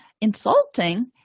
insulting